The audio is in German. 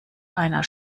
einer